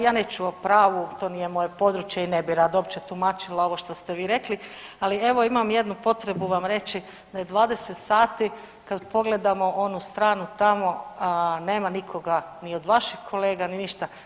Ja neću o pravu, to nije moje područje i ne bi rado uopće tumačila ovo što ste vi rekli, ali evo imam jednu potrebu vam reći da je 20,00 sati kad pogledamo onu stranu tamo nema nikoga ni od vaših kolega ni ništa.